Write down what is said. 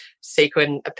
sequin